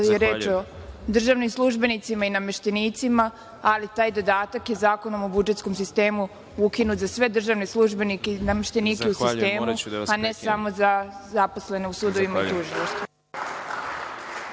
je reč o državnim službenicima i nameštenicima, ali taj dodatak je Zakonom u budžetskom sistemu ukinut za sve državne službenike i nameštenike u sistemu, a ne samo za zaposlene i sudovima i u tužilaštvu.